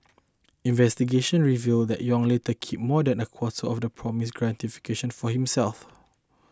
investigations revealed that Yong later kept more than a quarter of the promised gratification for himself